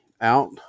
out